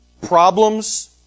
problems